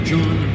John